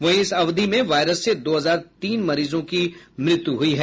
वहीं इस अवधि में वायरस से दो हजार तीन मरीजों की मृत्यु हुई है